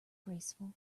graceful